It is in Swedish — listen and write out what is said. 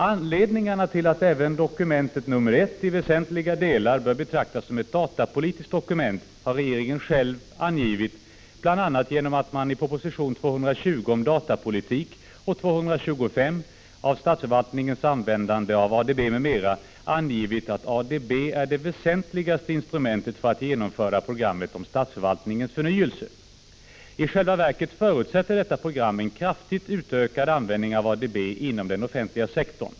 Anledningarna till att även dokument 1 i väsentliga delar bör betraktas som ett datapolitiskt dokument har regeringen själv angivit, bl.a. genom att man i proposition 220 om datapolitik och 225 om statsförvaltningens användande av ADB m.m. angivit att ADB är det väsentligaste instrumentet för att genomföra programmet om statsförvaltningens förnyelse. I själva verket förutsätter detta program en kraftigt utökad användning av ADB inom den offentliga sektorn.